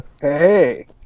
hey